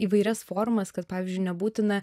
įvairias formas kad pavyzdžiui nebūtina